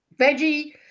veggie